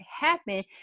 happen